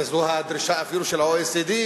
וזו אפילו הדרישה של ה-OECD,